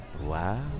Wow